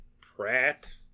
Pratt